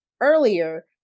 earlier